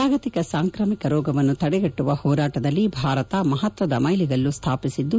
ಜಾಗತಿಕ ಸಾಂಕ್ರಾಮಿಕ ರೋಗವನ್ನು ತಡೆಗಟ್ಟುವ ಹೋರಾಟದಲ್ಲಿ ಭಾರತ ಮಹತ್ವದ ಮೈಲುಗಲ್ಲು ಸ್ವಾಪಿಸಿದ್ದು